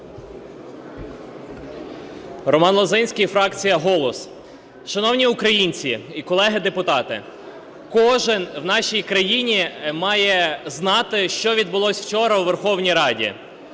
Роман Лозинський, фракція "Голос". Шановні українці і колеги депутати! Кожен у нашій країні має знати, що відбулося вчора у Верховній Раді,